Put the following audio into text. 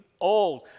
old